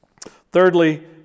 Thirdly